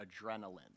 adrenaline